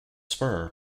spur